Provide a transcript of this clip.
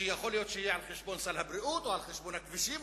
שיכול להיות שיהיה על חשבון סל הבריאות או על חשבון הכבישים,